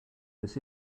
this